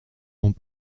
n’ont